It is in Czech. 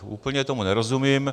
Úplně tomu nerozumím.